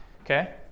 Okay